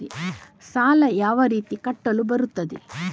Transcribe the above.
ಸಾಲ ಯಾವ ರೀತಿ ಕಟ್ಟಲು ಬರುತ್ತದೆ?